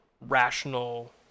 rational